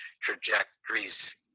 trajectories